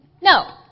No